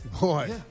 Boy